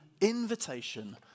invitation